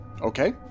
Okay